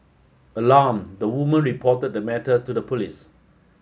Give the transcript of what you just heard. alarmed the woman reported the matter to the police